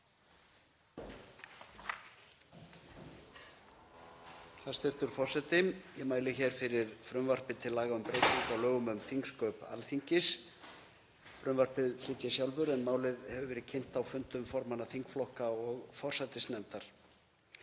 Hæstv. forseti. Ég mæli hér fyrir frumvarpi til laga um breytingu á lögum um þingsköp Alþingis. Frumvarpið flyt ég sjálfur en málið hefur verið kynnt á fundum formanna þingflokka og forsætisnefndar.